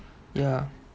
ya